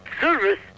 service